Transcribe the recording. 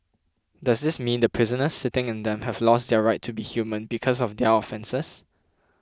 does this mean the prisoners sitting in them have lost their right to be human because of their offences